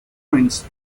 prints